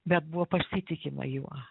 bet buvo pasitikima juo